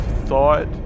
thought